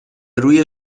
روی